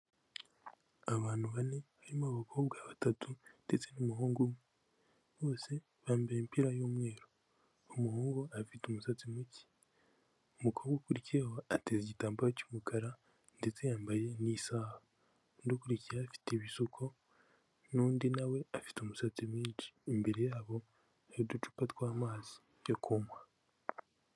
Abantu bane barimo abakobwa batatu ndetse n'umuhungu umwe, bose bambaye imipira y'umweru, umuhungu afite umusatsi muke, umukobwa ukurikiyeho ateze igitambaro cy'umukara ndetse yambaye n'isaha, undi ukurikiyeho afite ibisuko n'undi na we afite umusatsi mwinshi, imbere yabo hari uducupa tw'amazi yo kunywa.